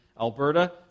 Alberta